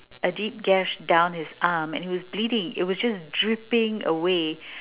a deep gash down his arm and it was bleeding it was just dripping away